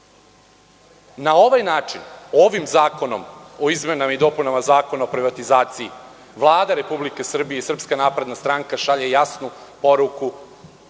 ovaj način, ovim zakonom o izmenama i dopunama Zakona o privatizaciji, Vlada Republike Srbije i SNS šalje jasnu poruku,